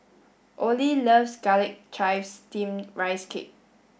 Olie loves garlic chives steamed rice cake